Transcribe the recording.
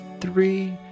three